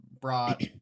brought